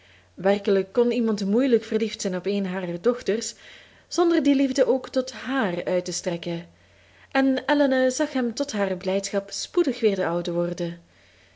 werkelijk kon iemand moeilijk verliefd zijn op eene harer dochters zonder die liefde ook tot hààr uit te strekken en elinor zag hem tot haar blijdschap spoedig weer de oude worden